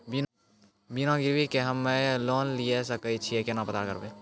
बिना गिरवी के हम्मय लोन लिये सके छियै केना पता करबै?